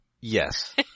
Yes